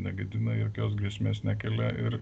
negadina jokios grėsmės nekelia ir